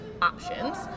Options